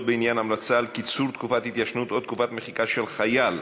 בעניין המלצה על קיצור תקופת התיישנות או תקופת מחיקה של חייל),